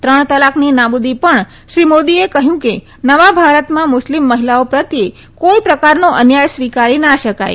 ત્રણ તલાકની નાબુદી પણ શ્રી મોદીએ કહ્યું કે નવા ભારતમાં મુસ્લીમ મહિલાઓ પ્રત્યે કોઈ પ્રકારનો અન્યાય સ્વીકારી ના શકાય